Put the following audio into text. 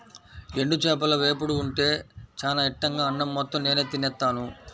ఎండు చేపల వేపుడు ఉంటే చానా ఇట్టంగా అన్నం మొత్తం నేనే తినేత్తాను